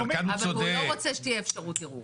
רוצה שתהיה אפשרות ערעור.